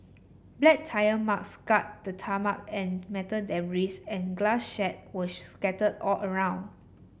black tyre mark scarred the tarmac and metal debris and glass shard were scattered all around